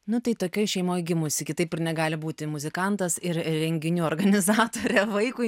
nu tai tokioj šeimoj gimusi kitaip ir negali būti muzikantas ir renginių organizatorė vaikui